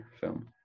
film